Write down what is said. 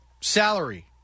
salary